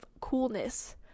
coolness